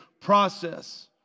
process